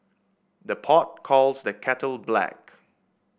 the pot calls the kettle black